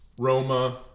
Roma